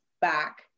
back